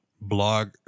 blog